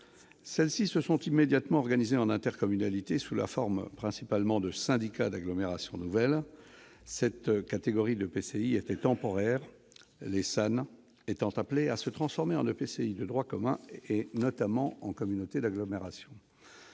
s'étaient immédiatement organisées en intercommunalités, sous la forme principalement de syndicats d'agglomération nouvelle, ou SAN. Cette catégorie d'EPCI était temporaire, les SAN étant appelés à se transformer en EPCI de droit commun, et notamment en communautés d'agglomération.